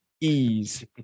Ease